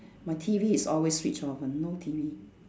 my T_V is always switched off one no T_V